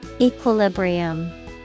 Equilibrium